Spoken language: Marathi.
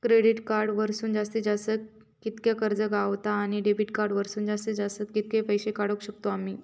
क्रेडिट कार्ड वरसून जास्तीत जास्त कितक्या कर्ज गावता, आणि डेबिट कार्ड वरसून जास्तीत जास्त कितके पैसे काढुक शकतू आम्ही?